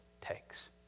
takes